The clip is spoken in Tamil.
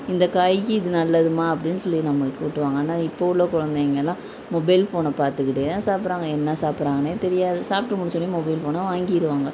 இந்த காய்க்கு இது நல்லதும்மா அப்படின்னு சொல்லி நம்மளுக்கு ஊட்டுவாங்கள் ஆனால் இப்போது உள்ள குழந்தைங்களாம் மொபைல் ஃபோனை பார்த்துக்கிட்டே தான் சாப்பிட்றாங்க என்ன சாப்பிட்றாங்கனே தெரியாது சாப்பிட்டு முடிச்சோடன்னே மொபைல் ஃபோனை வாங்கிடுவாங்க